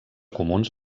comuns